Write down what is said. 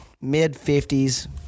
mid-50s